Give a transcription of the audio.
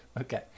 okay